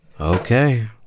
Okay